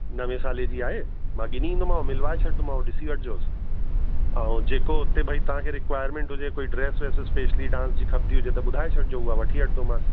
नवे साले जी आहे मां ॻिनी ईंदोमाव मिलवाए छॾदोमाव ॾिसी वठजोसि ऐं जेको हुते भई तव्हांखे रिक्वायरमेंट हुजे कोई ड्रेस व्रेस स्पेशली डांस जी खपंदी हुजे त ॿुधाए छॾिजो उहा वठी वठदोमास